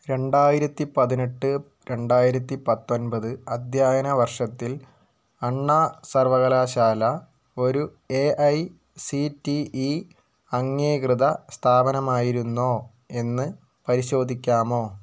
രണ്ടായിരത്തിപതിനെട്ട് രണ്ടായിരത്തി പത്തൊൻപത് അദ്ധ്യായന വർഷത്തിൽ അണ്ണാ സർവകലാശാല ഒരു A I C T E അംഗീകൃതസ്ഥാപനമായിരുന്നോ എന്ന് പരിശോധിക്കാമോ